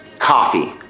coffee.